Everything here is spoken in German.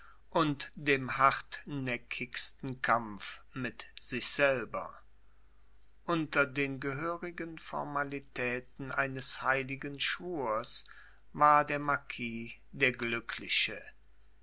und dem hartnäckigsten kampf mit sich selber unter den gehörigen formalitäten eines heiligen schwurs war der marquis der glückliche